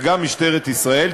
וגם משטרת ישראל.